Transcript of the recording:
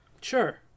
Sure